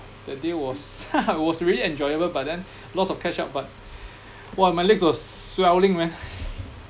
that day was it was really enjoyable but then lots of catch up but !wah! my legs was swelling man